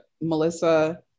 Melissa